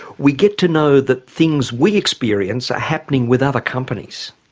we get to know that things we experience are happening with other companies.